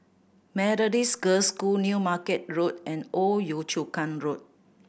Methodist Girls' School New Market Road and Old Yio Chu Kang Road